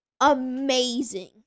amazing